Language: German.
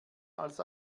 als